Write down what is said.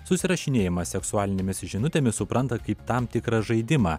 susirašinėjimą seksualinėmis žinutėmis supranta kaip tam tikrą žaidimą